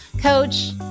coach